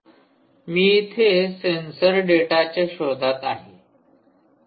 इथे मी सेन्सर डेटाच्या शोधात आहे